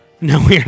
No